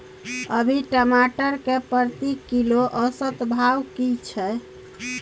अभी टमाटर के प्रति किलो औसत भाव की छै?